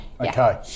okay